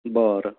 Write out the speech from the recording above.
बरं